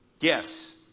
yes